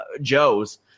Joe's